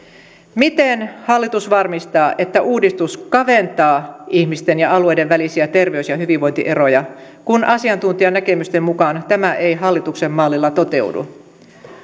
miten hallitus varmistaa että uudistus kaventaa ihmisten ja alueiden välisiä terveys ja hyvinvointieroja kun asiantuntijanäkemysten mukaan tämä ei hallituksen mallilla toteudu